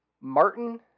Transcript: Martin